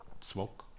smoke